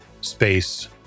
space